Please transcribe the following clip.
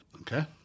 Okay